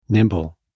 nimble